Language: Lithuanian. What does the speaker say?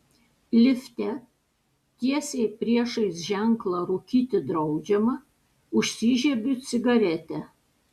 lifte tiesiai priešais ženklą rūkyti draudžiama užsižiebiu cigaretę